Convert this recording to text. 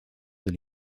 del